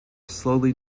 slowly